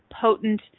potent